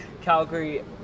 Calgary